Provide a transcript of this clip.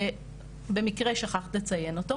שבמקרה שכחת לציין אותו.